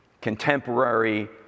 contemporary